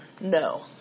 no